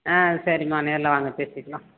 ஆ சரிம்மா நேர்ல வாங்க பேசிக்கலாம்